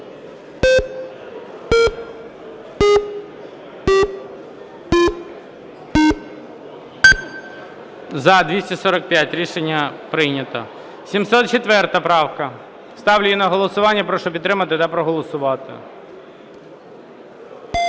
За-245 Рішення прийнято. 704 правка. Ставлю її на голосування. Прошу підтримати та проголосувати.